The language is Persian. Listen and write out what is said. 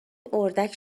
اردک